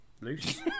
loose